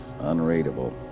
unreadable